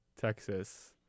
Texas